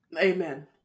Amen